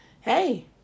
Hey